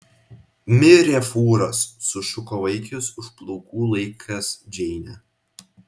mirė fūras sušuko vaikis už plaukų laikęs džeinę